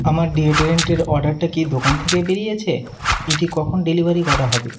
আমার ডিওড্রেন্ট এর অর্ডারটা কি দোকান থেকে বেরিয়েছে এটি কখন ডেলিভারি করা হবে